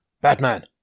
Batman